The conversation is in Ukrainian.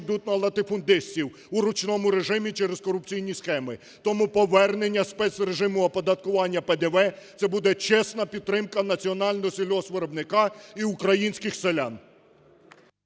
ідуть на латифундистів у ручному режимі через корупційні схеми. Тому повернення спецрежиму оподаткування ПДВ це буде чесна підтримка національного сільгоспвиробника і українських селян.